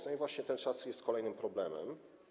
I właśnie ten czas jest kolejnym problemem.